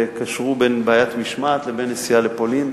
וקשרו בין בעיית משמעת לבין נסיעה לפולין,